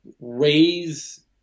raise